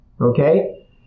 Okay